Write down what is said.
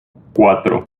cuatro